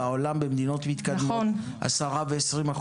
בעולם במדינות מתקדמות 10% ו-20%.